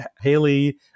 Haley